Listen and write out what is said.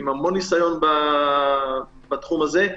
עם המון ניסיון בתחום הזה,